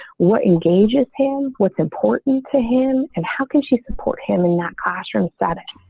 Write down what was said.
what engages him what's important to him, and how can she support him in that classroom setting.